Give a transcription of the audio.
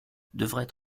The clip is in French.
devrait